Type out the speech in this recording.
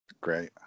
great